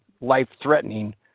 life-threatening